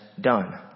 done